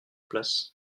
place